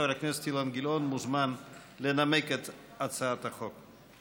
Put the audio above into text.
חבר הכנסת אילן גילאון מוזמן לנמק את הצעת החוק.